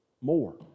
more